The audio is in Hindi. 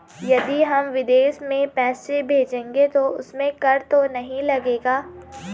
यदि हम विदेश में पैसे भेजेंगे तो उसमें कर तो नहीं लगेगा?